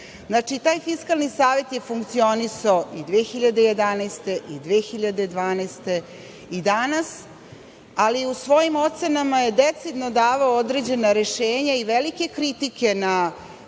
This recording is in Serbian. toga. Znači, taj Fiskalni savet je funkcionisao i 2011. i 2012. godine i danas, ali u svojim ocenama je decidno davao određena rešenja i velike kritike na